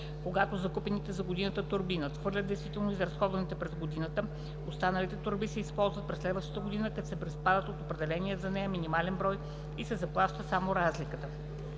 Когато закупените за годината торби надхвърлят действително изразходваните през годината, останалите торби се използват през следващата година, като се приспаднат от определения за нея минимален брой и се заплаща само разликата.